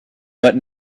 but